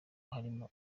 harimo